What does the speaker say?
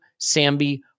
Sambi